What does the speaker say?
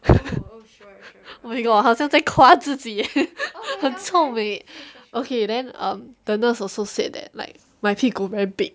我好像在夸自己很臭美 okay then um the nurse also said that like my 屁股 very big